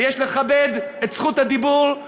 ויש לכבד את זכות הדיבור,